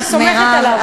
אני סומכת עליו.